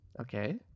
Okay